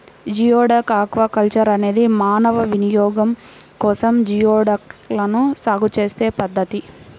geoduck aquaculture అనేది మానవ వినియోగం కోసం జియోడక్లను సాగు చేసే పద్ధతి